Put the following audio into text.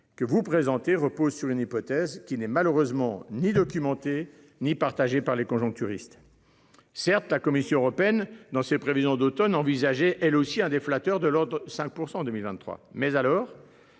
que vous présentez repose sur une hypothèse qui n'est malheureusement ni documenté ni partagée par les conjoncturistes. Certes, la Commission européenne dans ses prévisions d'Automne envisager elle aussi hein des flatteur de l'ordre, 5% en 2023. Mais alors